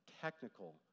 technical